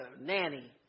nanny